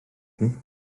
ydy